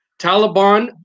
Taliban